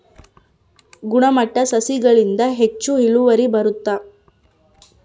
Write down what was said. ಗುಣಮಟ್ಟ ಸಸಿಗಳಿಂದ ಹೆಚ್ಚು ಇಳುವರಿ ಬರುತ್ತಾ?